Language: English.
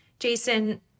Jason